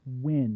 win